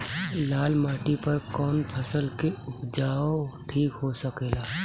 लाल माटी पर कौन फसल के उपजाव ठीक हो सकेला?